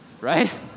right